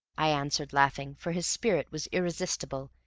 i answered laughing, for his spirit was irresistible,